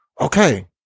Okay